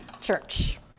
Church